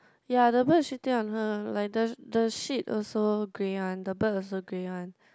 ya the bird shitting on her like the the shit also grey one the bird also grey one